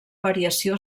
variació